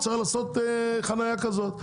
צריך לעשות חנייה כזאת.